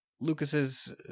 Lucas's